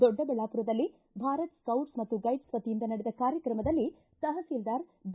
ದೊಡ್ಡಬಳ್ಳಾಪುರದಲ್ಲಿ ಭಾರತ್ ಸೌಟ್ಲ್ ಮತ್ತು ಗೈಡ್ಲ್ ವತಿಯಿಂದ ನಡೆದ ಕಾರ್ಯಕ್ರಮದಲ್ಲಿ ತಹಸೀಲ್ದಾರ್ ಬಿ